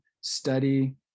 study